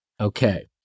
okay